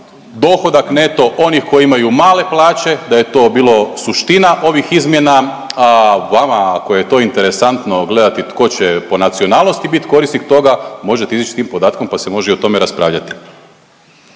dohodak neto onih koji imaju male plaće, da je to bilo suština ovih izmjena, a vama ako je to interesantno gledati tko će po nacionalnosti bit korisnik toga možete izić s tim podatkom, pa se može i o tome raspravljati.